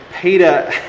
Peter